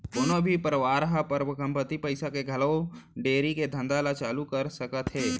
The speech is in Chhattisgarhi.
कोनो भी परवार ह कमती पइसा म घलौ डेयरी के धंधा ल चालू कर सकत हे